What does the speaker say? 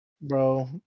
Bro